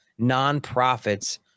nonprofits